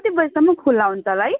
कति बजेसम्म खुल्ला हुन्छ होला है